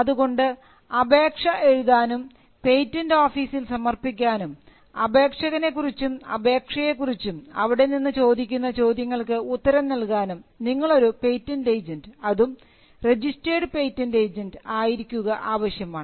അതുകൊണ്ട് അപേക്ഷ എഴുതാനും പേറ്റന്റ് ഓഫീസിൽ സമർപ്പിക്കാനും അപേക്ഷകനെ കുറിച്ചും അപേക്ഷയെ കുറിച്ചും അവിടെ നിന്ന് ചോദിക്കുന്ന ചോദ്യങ്ങൾക്ക് ഉത്തരം നൽകാനും നിങ്ങളൊരു പേറ്റന്റ് ഏജൻറ് അതും രജിസ്ട്രേഡ് പേറ്റന്റ് ഏജൻറ് ആയിരിക്കുക ആവശ്യമാണ്